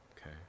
okay